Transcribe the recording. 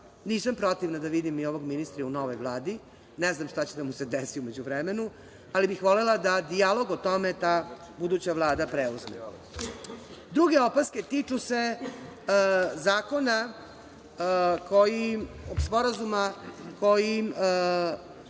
Nisam protivna da vidim i ovog ministra u novoj Vladi, ne znam šta će da mu se desi u međuvremenu, ali bih volela da dijalog o tome da buduća Vlada preuzme. Druge opaske tiču se sporazuma kojim